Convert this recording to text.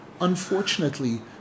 unfortunately